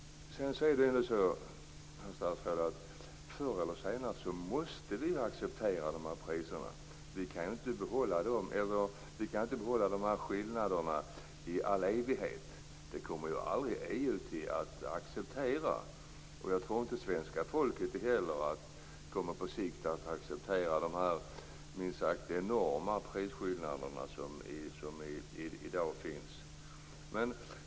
Det är ändå så, herr statsråd, att vi förr eller senare måste acceptera priserna inom EU. EU kommer inte att acceptera dessa skillnader i all evighet. Jag tror inte heller att svenska folket på sikt kommer att acceptera de enorma prisskillnader som i dag finns.